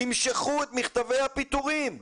תמשכו את מכתבי הפיטורים,